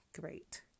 great